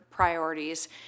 priorities